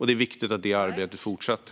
Det är viktigt att det arbetet fortsätter.